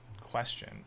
question